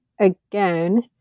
again